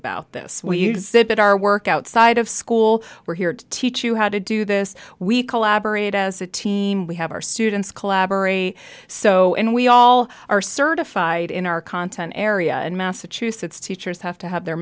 about this we exhibit our work outside of school we're here to teach you how to do this we collaborate as a team we have our students collaborate so and we all are certified in our content area and massachusetts teachers have to have their